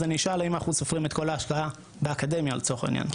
אז אני אשאל האם אנחנו סופרים את כל ההשקעה באקדמיה לצורך העניין.